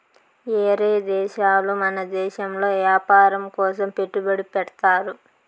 ఏరే దేశాలు మన దేశంలో వ్యాపారం కోసం పెట్టుబడి పెడ్తారు